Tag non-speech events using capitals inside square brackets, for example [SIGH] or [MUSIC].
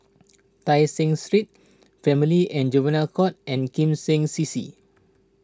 [NOISE] Tai Seng Street Family and Juvenile Court and Kim Seng C C